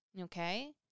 okay